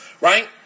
right